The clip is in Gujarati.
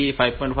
5 6